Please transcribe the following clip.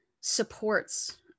supports